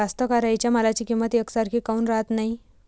कास्तकाराइच्या मालाची किंमत यकसारखी काऊन राहत नाई?